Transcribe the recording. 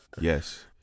Yes